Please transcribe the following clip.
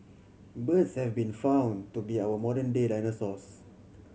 birds have been found to be our modern day dinosaurs